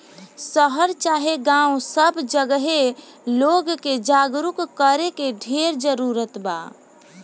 शहर चाहे गांव सब जगहे लोग के जागरूक करे के ढेर जरूरत बा